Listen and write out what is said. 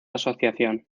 asociación